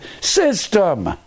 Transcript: system